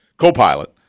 co-pilot